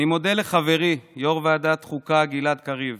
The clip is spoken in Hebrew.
אני מודה לחברי יו"ר ועדת החוקה גלעד קריב